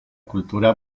cultura